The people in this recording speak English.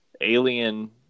alien